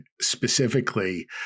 specifically